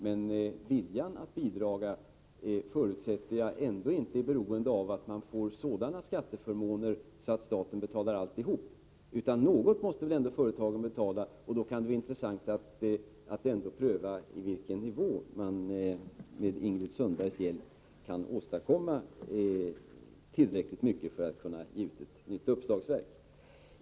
Men jag förutsätter att viljan att bidra ändå inte är beroende av att man får sådana skatteförmåner att staten betalar alltihop. Något måste väl ändå företagen betala. Då kan det vara intressant att pröva på vilken nivå man med Ingrid Sundbergs hjälp kan åstadkomma tillräckligt mycket för att ge ut ett nytt uppslagsverk.